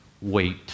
wait